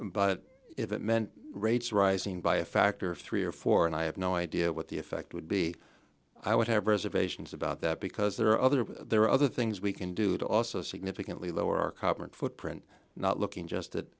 but if it meant rates rising by a factor of three or four and i have no idea what the effect would be i would have reservations about that because there are other there are other things we can do to also significantly lower our carbon footprint not looking just that